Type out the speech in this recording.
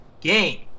game